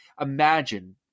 imagine